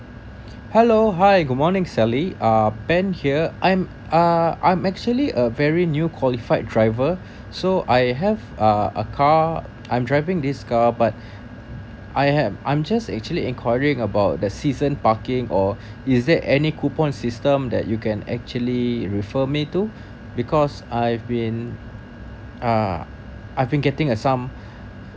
hello hi good morning sally uh ben here I'm uh I'm actually a very new qualified driver so I have uh a car I'm driving this car but I have I'm just actually inquiring about the season parking or is there any coupon system that you can actually refer me to because I've been uh I've been getting a some